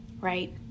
right